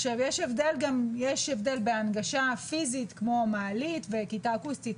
יש הבדל שבהנגשה הפיזית, כמו מעלית וכיתה אקוסטית,